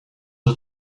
het